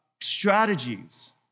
strategies